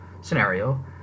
scenario